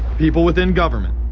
people within government